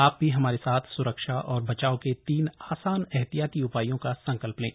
आप भी हमारे साथ सुरक्षा और बचाव के तीन आसान एहतियाती उपायों का संकल्प लें